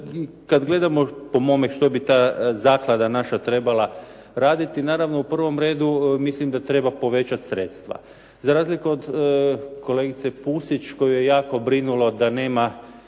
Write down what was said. kad gledamo po mome što bi ta zaklada naša trebala raditi, naravno u prvom redu mislim da treba povećat sredstva. Za razliku od kolegice Pusić koju je jako brinulo da nema